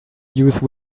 use